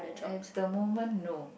at the moment no